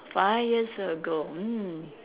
five years ago mm